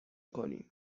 کنیم